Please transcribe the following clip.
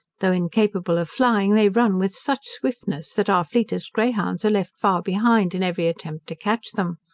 though incapable of flying, they run with such swiftness, that our fleetest greyhounds are left far behind in every attempt to catch them.